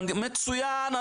מצויין,